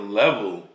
level